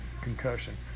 concussion